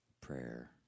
Prayer